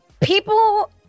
people